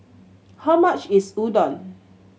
how much is Udon